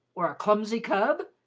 or a clumsy cub?